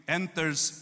enters